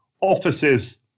Offices